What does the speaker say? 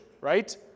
right